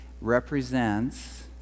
represents